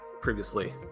previously